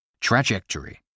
Trajectory